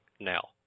now